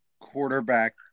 quarterback